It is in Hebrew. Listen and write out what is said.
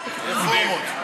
רפורמות.